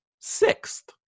sixth